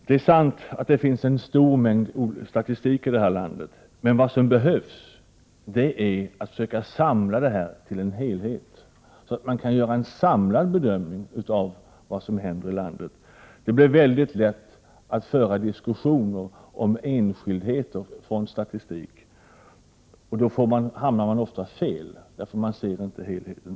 Det är sant att det finns en stor mängd statistik här i landet, men vad som behövs är att samla den till en helhet, så att man kan göra en samlad bedömning av vad som händer i landet. Det är väldigt lätt att diskutera enskildheter med utgångspunkt i statistik, och då hamnar man ofta fel, därför att man inte ser helheten.